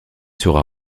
sera